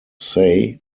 say